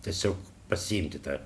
tiesiog pasiimti tą